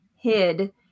hid